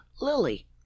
lily